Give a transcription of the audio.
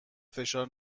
فشار